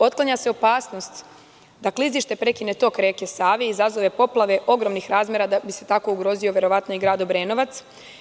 Otklanja se opasnost da klizište prekine tok reke Save i izazove poplave ogromnih razmera, da bi se tako verovatno ugrozi i grad Obrenovac.